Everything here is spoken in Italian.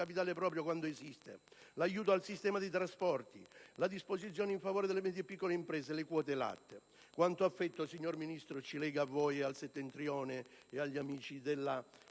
capitale proprio, quando esiste. Ancora cito l'aiuto al sistema dei trasporti, la disposizione a favore delle piccole e medie imprese, le quote latte. Quanto affetto, signor Ministro, ci lega a voi ed al settentrione ed agli amici delle